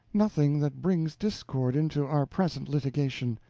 nothing that brings discord into our present litigation.